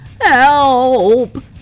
Help